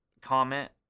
comment